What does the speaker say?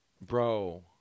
Bro